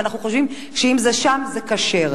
ואנחנו חושבים שאם זה שם זה כשר.